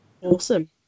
Awesome